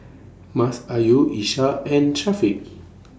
Masayu Ishak and Syafiq